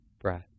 breath